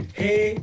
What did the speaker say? hey